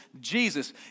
Jesus